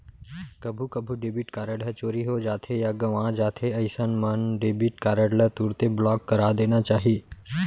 कभू कभू debit card ह चोरी हो जाथे या गवॉं जाथे अइसन मन डेबिट कारड ल तुरते ब्लॉक करा देना चाही